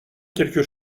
quelque